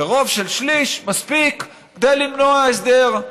רוב של שליש מספיק כדי למנוע הסדר.